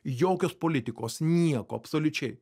jokios politikos nieko absoliučiai